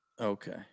Okay